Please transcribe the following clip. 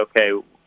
okay